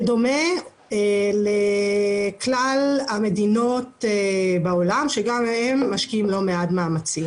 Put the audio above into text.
בדומה לכלל המדינות בעולם שגם הן משקיעות לא מעט מאמצים.